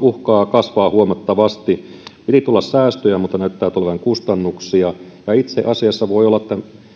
uhkaavat kasvaa huomattavasti piti tulla säästöjä mutta näyttää tulevan kustannuksia itse asiassa voi olla että